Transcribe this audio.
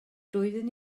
doeddwn